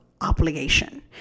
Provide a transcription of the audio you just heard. obligation